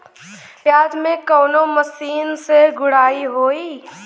प्याज में कवने मशीन से गुड़ाई होई?